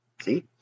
See